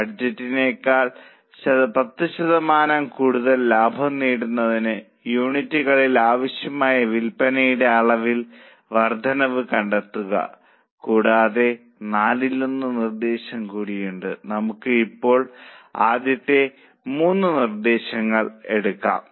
ബഡ്ജറ്റിനെക്കാൾ 10 ശതമാനം കൂടുതൽ ലാഭം നേടുന്നതിന് യൂണിറ്റുകളിൽ ആവശ്യമായ വിൽപ്പനയുടെ അളവിൽ വർദ്ധനവ് കണ്ടെത്തുക കൂടാതെ നാലിലൊന്ന് നിർദ്ദേശം കൂടിയുണ്ട് നമുക്ക് ഇപ്പോൾ ആദ്യത്തെ 3 നിർദ്ദേശങ്ങൾ എടുക്കാം